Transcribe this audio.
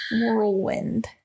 Whirlwind